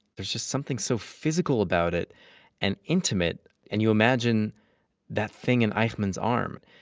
there's just something so physical about it and intimate. and you imagine that thing in eichmann's arm.